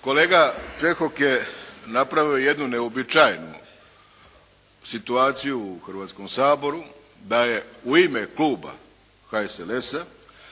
Kolega Čehok je napravio jednu neuobičajenu situaciju u Hrvatskom saboru da je u ime Kluba HSLS-a